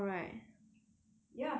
ya so after 我做工 lor